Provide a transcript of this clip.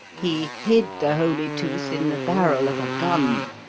he hid the holy tooth in the barrel of a gun.